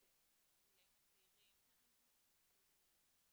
אז בגילאים הצעירים אם אנחנו נקפיד על זה,